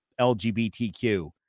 LGBTQ